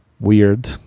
weird